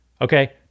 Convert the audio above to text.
okay